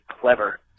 clever